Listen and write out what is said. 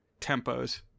tempos